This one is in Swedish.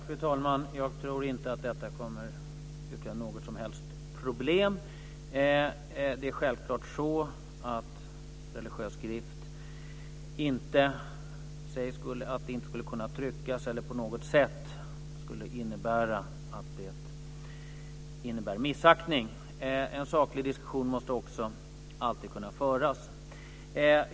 Fru talman! Jag tror inte att detta kommer att utgöra något som helst problem. Självklart är det inte så att religiös skrift inte skulle kunna tryckas eller att det på något sätt skulle innebära missaktning. En saklig diskussion måste alltid kunna föras.